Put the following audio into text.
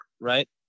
right